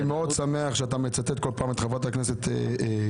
אני מאוד שמח שאתה מצטט כל פעם את חברת הכנסת גוטליב.